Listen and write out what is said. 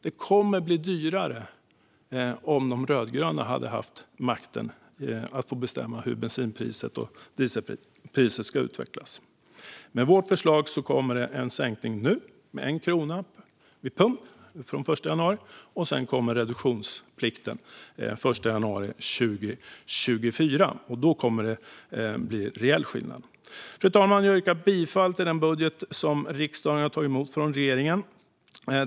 Det hade blivit dyrare om de rödgröna haft makten att bestämma hur bensinpriset och dieselpriset ska utvecklas. Med vårt förslag kommer det en sänkning med 1 krona vid pump från den 1 januari, och sedan kommer reduktionsplikten den 1 januari 2024 - och då kommer det att bli reell skillnad. Fru talman! Jag yrkar bifall till den budget som riksdagen har tagit emot från regeringen.